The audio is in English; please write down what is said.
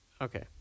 Okay